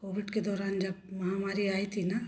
Covid के दौरान जब महामारी आई थी ना